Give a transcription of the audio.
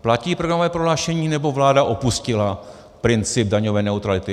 Platí programové prohlášení, nebo vláda opustila princip daňové neutrality?